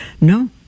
No